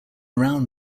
around